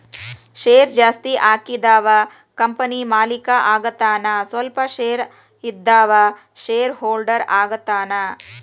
share ಜಾಸ್ತಿ ಹಾಕಿದವ company ಮಾಲೇಕ ಆಗತಾನ ಸ್ವಲ್ಪ ಶೇರ್ ಇದ್ದವ ಶೇರ್ ಹೋಲ್ಡರ್ ಆಗತಾನ